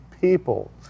people